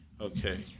okay